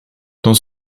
dans